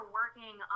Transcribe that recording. working